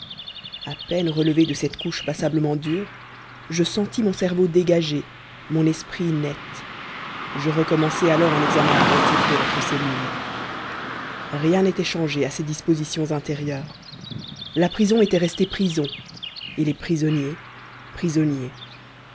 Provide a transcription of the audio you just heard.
a peine relevé de cette couche passablement dure je sentis mon cerveau dégagé mon esprit net je recommençai alors un examen attentif de notre cellule rien n'était changé à ses dispositions intérieures la prison était restée prison et les prisonniers prisonniers